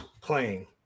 playing